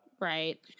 Right